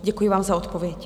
Děkuji vám za odpověď.